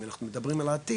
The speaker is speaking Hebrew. אם אנחנו מדברים על העתיד,